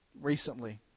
recently